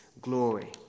glory